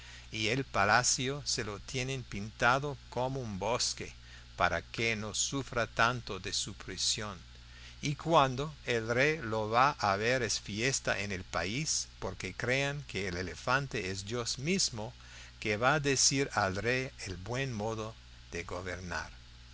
y el palacio se lo tienen pintado como un bosque para que no sufra tanto de su prisión y cuando el rey lo va a ver es fiesta en el país porque creen que el elefante es dios mismo que va decir al rey el buen modo de gobernar